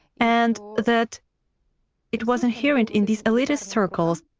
and that it was inherent in these elitist circles,